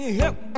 help